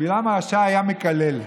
בלעם הרשע היה מקלל,